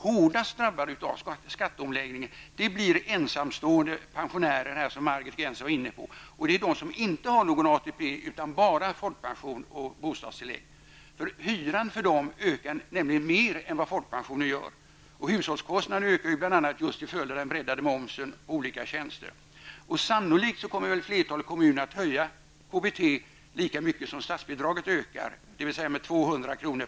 Hårdast drabbade av skatteomläggningen blir ensamstående pensionärer, som Margit Gennser var inne på. Det är de som inte har någon ATP utan bara folkpension och bostadstillägg. Deras hyra ökar nämligen mer än vad folkpensionen gör. Hushållskostnaderna ökar bl.a. till följd av den breddade momsen på olika tjänster. Sannolikt kommer flertalet kommuner att höja KBT lika mycket som statsbidraget ökar, dvs. med 200 kr.